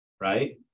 right